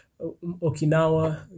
Okinawa